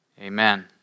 Amen